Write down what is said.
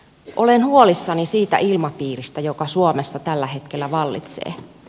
olen huolissani siitä ilmapiiristä joka suomessa tällä hetkellä vallitsee